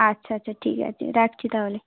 আচ্ছা আচ্ছা ঠিক আছে রাখছি তাহলে